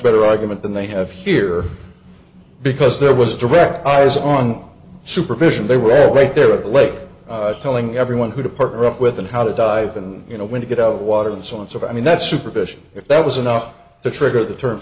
better argument than they have here because there was direct eyes on supervision they were right there at the lake telling everyone who to partner up with and how to dive and you know when to get out of water and some sort i mean that's superficial if that was enough to trigger the term